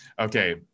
Okay